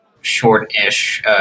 short-ish